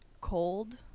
cold